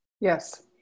Yes